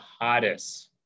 hottest